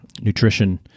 nutrition